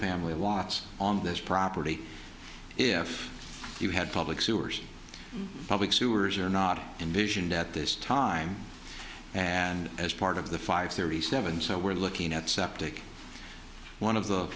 family wants on this property if you had public sewers public sewers are not envisioned at this time and as part of the five thirty seven so we're looking at septic one of the